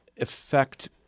affect